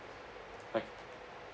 okay